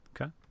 Okay